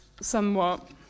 somewhat